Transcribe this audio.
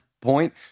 point